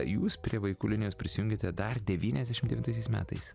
jūs prie vaikų linijos prisijungėte dar devyniasdešim devintaisiais metais